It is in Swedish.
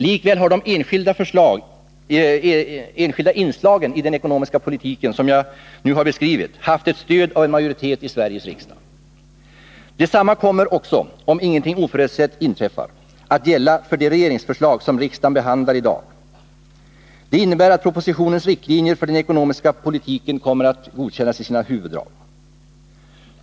Likväl har de enskilda inslagen i den ekonomiska politiken, som jag nu har beskrivit, haft ett stöd av en majoritet i Sveriges riksdag. Detsamma kommer också — om inget oförutsett inträffar — att gälla för de regeringsförslag som riksdagen behandlar i dag. Det innebär att propositionens riktlinjer för den ekonomiska politiken kommer att godkännas i sina huvuddrag.